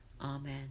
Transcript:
Amen